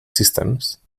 systems